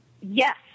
Yes